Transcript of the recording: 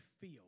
feel